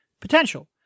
potential